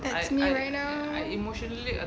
that's me right now